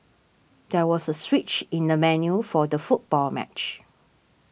there was a switch in the venue for the football match